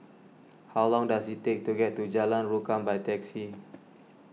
how long does it take to get to Jalan Rukam by taxi